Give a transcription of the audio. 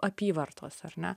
apyvartos ar ne